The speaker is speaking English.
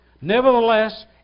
Nevertheless